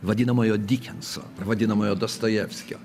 vadinamojo dikenso ar vadinamojo dostojevskio